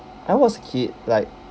I was a kid like